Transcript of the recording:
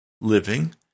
living